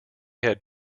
had